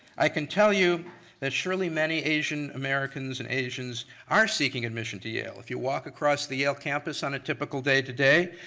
i can tell you that surely many asian americans and asians are seeking admission to yale. if you walk across the yale campus on a typical day today,